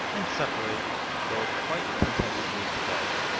and separate to go quite contentedly to bed.